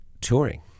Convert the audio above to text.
touring